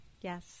Yes